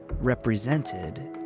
represented